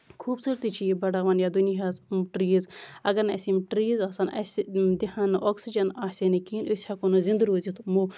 خوٗبصوٗرتی چھُ یہِ بَڑان یَتھ دُنیاہَس ٹریٖز اَگر نہٕ اَسہِ یِم ٹریٖز آسن اَسہِ دِہن نہٕ اوکسِجَن آسہِ ہے نہٕ کِہیٖنۍ أسۍ ہٮ۪کَو نہٕ زِندٕ روٗزِتھ یِمَو